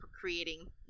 creating